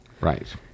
Right